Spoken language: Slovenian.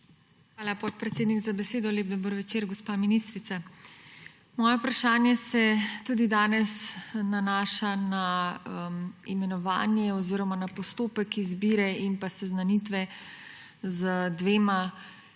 Hvala, podpredsednik, za besedo. Lep dober večer, gospa ministrica! Moje vprašanje se tudi danes nanaša na imenovanje oziroma na postopek izbire in seznanitve z dvema